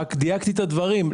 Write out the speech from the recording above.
רק דייקתי את הדברים.